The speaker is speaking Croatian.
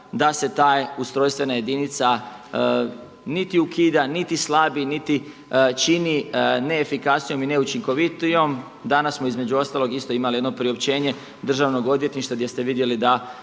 da se ta ustrojstvena jedinica niti ukida, niti slabi, niti čini neefikasnijom i neučinkovitijom. Danas smo između ostalog isto imali jedno priopćenje državnog odvjetništva gdje ste vidjeli da